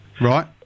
Right